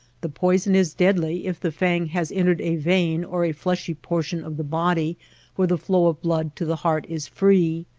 the poison is deadly if the fang has entered a vein or a fleshy portion of the body where the flow of blood to the heart is free.